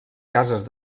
cases